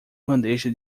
bandeja